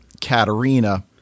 Katerina